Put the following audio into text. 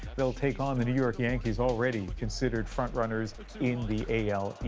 they'll take on the new york yankees already considered front-runners in the a l.